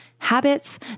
Habits